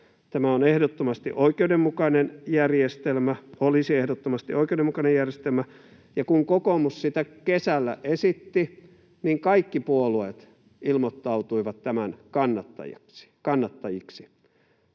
tulisi ulottaa kaikille työttömille. Tämä olisi ehdottomasti oikeudenmukainen järjestelmä, ja kun kokoomus sitä kesällä esitti, niin kaikki puolueet ilmoittautuivat tämän kannattajiksi.